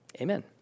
Amen